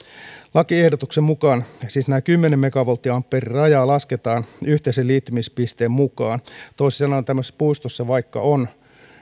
lakiehdotuksen mukaan siis tämä kymmenen megavolttiampeerin raja lasketaan yhteisen liittymispisteen mukaan toisin sanoen vaikkapa tämmöisessä puistossa kun